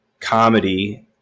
comedy